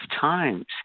times